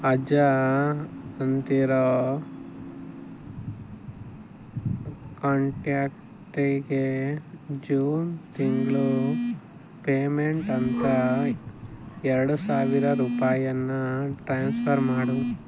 ಅಜ್ಜ ಅಂತಿರೋ ಕಾಂಟ್ಯಾಕ್ಟಿಗೆ ಜೂನ್ ತಿಂಗಳು ಪೇಮೆಂಟ್ ಅಂತ ಎರಡು ಸಾವಿರ ರೂಪಾಯಿಯನ್ನ ಟ್ರಾನ್ಸ್ಫರ್ ಮಾಡು